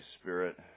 Spirit